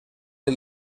del